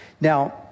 Now